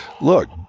Look